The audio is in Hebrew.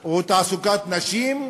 או על תעסוקת נשים,